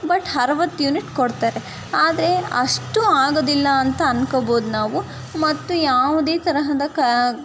but ಅರುವತ್ತು unit ಕೊಡ್ತಾರೆ ಆದರೆ ಅಷ್ಟು ಆಗೋದಿಲ್ಲ ಅಂತ ಅನ್ಕೊಬೋದು ನಾವು ಮತ್ತು ಯಾವುದೇ ತರಹದ ಕ